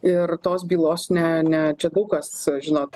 ir tos bylos ne ne čia daug kas žinot